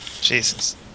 Jesus